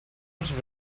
els